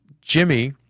Jimmy